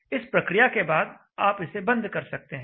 इस प्रक्रिया के बाद आप इसे बंद कर सकते हैं